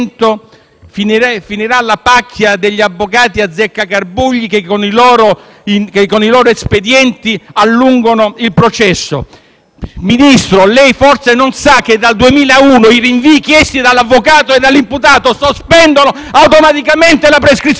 finirà la pacchia degli avvocati azzeccagarbugli che con i loro espedienti allungano il processo. Ministro, lei forse non sa che dal 2001 i rinvii chiesti dall'avvocato e dall'imputato sospendono automaticamente la prescrizione.